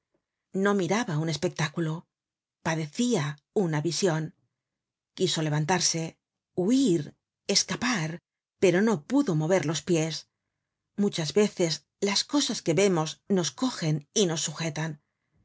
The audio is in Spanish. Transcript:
no miraba un espectáculo padecía una vision quiso levantarse huir escapar pero no pudo mover los pies muchas veces las cosas que vemos nos cogen y nos sujetan